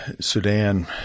Sudan